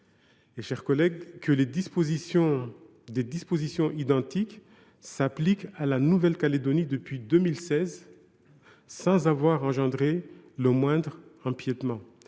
pour terminer, que des dispositions identiques s’appliquent à la Nouvelle Calédonie depuis 2016, sans avoir engendré le moindre empiétement.